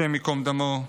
השם ייקום דמו,